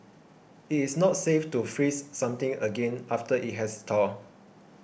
it is not safe to freeze something again after it has thawed